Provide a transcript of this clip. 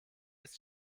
ist